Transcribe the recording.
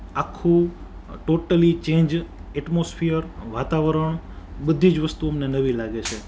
આખું totally change atmosphere વાતાવરણ બધી જ વસ્તુઓ અમને નવી લાગે છે